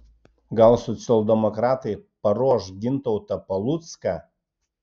gal socialdemokratai paruoš gintautą palucką